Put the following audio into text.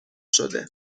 شده